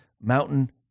Mountain